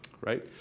right